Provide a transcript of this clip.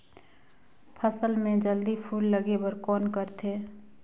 फसल मे जल्दी फूल लगे बर कौन करथे?